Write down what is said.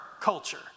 culture